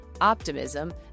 Optimism